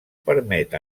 permet